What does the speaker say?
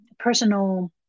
personal